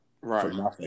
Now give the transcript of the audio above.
right